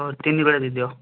ହଉ ତିନି ବିଡ଼ା ଦେଇ ଦିଅ